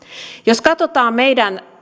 jos katsotaan meidän